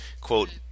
quote